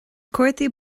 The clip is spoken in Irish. cártaí